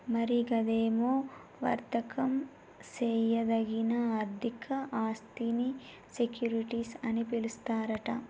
మరి గదేమో వర్దకం సేయదగిన ఆర్థిక ఆస్థినీ సెక్యూరిటీస్ అని పిలుస్తారట